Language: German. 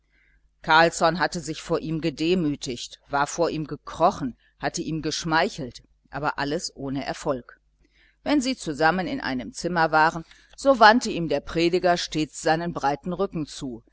carlsson hatte sich vor ihm gedemütigt war vor ihm gekrochen hatte ihm geschmeichelt aber alles ohne erfolg wenn sie zusammen in einem zimmer waren so wandte ihm der prediger stets seinen breiten rücken zu